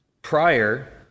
Prior